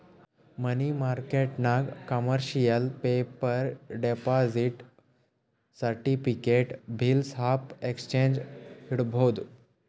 ಮನಿ ಮಾರ್ಕೆಟ್ನಾಗ್ commercial paper, deposit certificate, bills of exchange ಇಡ್ಬೋದ್